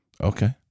Okay